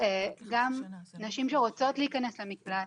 גם נשים שרוצות להיכנס למקלט,